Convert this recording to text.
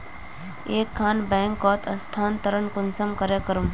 एक खान बैंकोत स्थानंतरण कुंसम करे करूम?